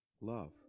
love